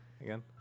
again